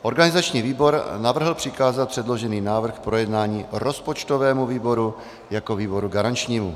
Organizační výbor navrhl přikázat předložený návrh k projednání rozpočtovému výboru jako výboru garančnímu.